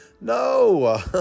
No